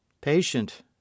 Patient